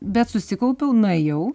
bet susikaupiau nuėjau